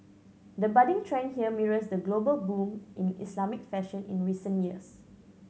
the budding trend here mirrors the global boom in Islamic fashion in recent years